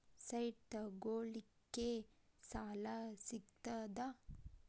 Site ತಗೋಳಿಕ್ಕೆ ಸಾಲಾ ಸಿಗ್ತದಾ?